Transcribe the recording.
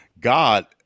god